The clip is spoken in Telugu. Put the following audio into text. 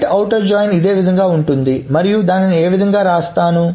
రైట్ ఔటర్ జాయిన్ ఇదే విధంగా ఉంటుంది మరియు దానిని ఏవిధంగా రాస్తాను